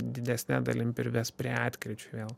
didesne dalim prives prie atkryčių vėl